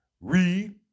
Read